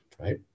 right